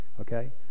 okay